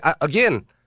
again